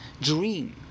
dream